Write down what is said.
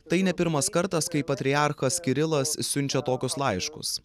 tai ne pirmas kartas kai patriarchas kirilas siunčia tokius laiškus